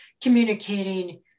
communicating